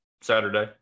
Saturday